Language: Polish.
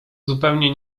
zupełnie